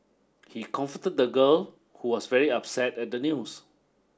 he comfort the girl who was very upset at the news